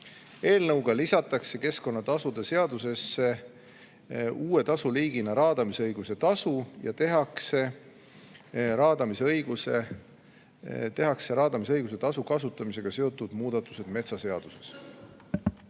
Eelnõuga lisatakse keskkonnatasude seadusesse uue tasuliigina raadamisõiguse tasu ja tehakse tasu kasutamisega seotud muudatused metsaseaduses.